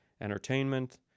entertainment